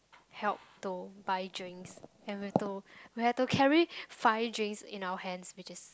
help to buy drinks and we have to we have to carry five drinks in our hands which is